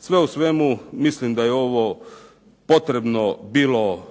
Sve u svemu mislim da je ovo potrebno bilo